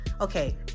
Okay